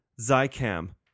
Zycam